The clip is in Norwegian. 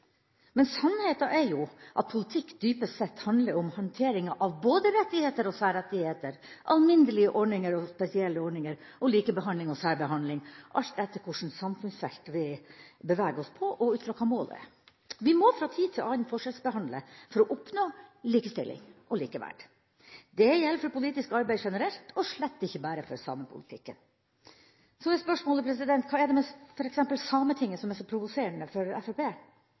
Men sannheta er jo at politikk dypest sett handler om håndteringa av både rettigheter og særrettigheter, alminnelige ordninger og spesielle ordninger og likebehandling og særbehandling – alt etter hvilket samfunnsfelt vi beveger oss på, og ut fra hva målet er. Vi må fra tid til annen forskjellsbehandle for å oppnå likestilling og likeverd. Det gjelder for politisk arbeid generelt og slett ikke bare for samepolitikken. Så er spørsmålet: Hva er det med f.eks. Sametinget som er så provoserende for